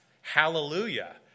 Hallelujah